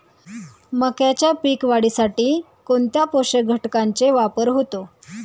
मक्याच्या पीक वाढीसाठी कोणत्या पोषक घटकांचे वापर होतो?